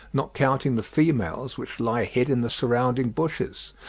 not counting the females, which lie hid in the surrounding bushes.